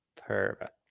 perfect